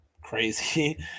crazy